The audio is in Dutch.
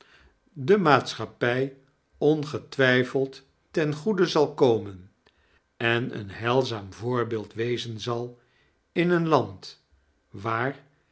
der maatschappij ongetwijfeld ten goede zal komen en een heilzaam voorbeeld wezen zal in een land waar